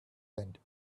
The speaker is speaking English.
tent